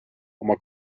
oma